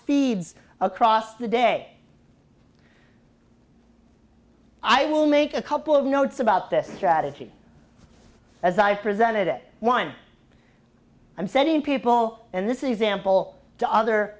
feeds across the day i will make a couple of notes about this strategy as i presented it one i'm sending people and this example to other